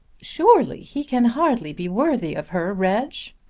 surely he can hardly be worthy of her, reg.